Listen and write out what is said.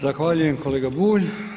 Zahvaljujem kolega Bulj.